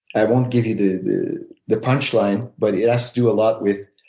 i won't give you the the punch line but it has to do a lot with